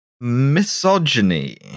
misogyny